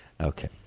Okay